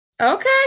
okay